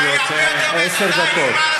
זה היה הרבה יותר מעשר דקות.